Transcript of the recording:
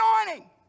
anointing